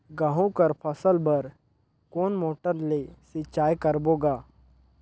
गहूं कर फसल बर कोन मोटर ले सिंचाई करबो गा?